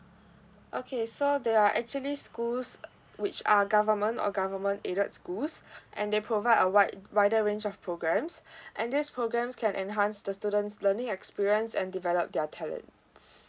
okay so there are actually schools which are government or government aided schools and they provide a wide wider range of programs and this programs can enhance the students learning experience and develop their talents